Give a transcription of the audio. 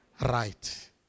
right